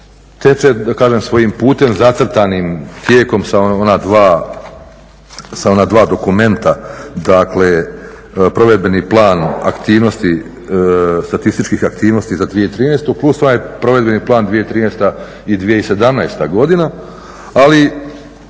teče kažem svojim putem, zacrtanim tijekom sa ona dva dokumenta, dakle, Provedbeni plan aktivnosti, statističkih aktivnosti za 2013. plus onaj provedbeni plan 2013. i 2017. godina. Ali